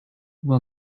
will